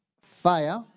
Fire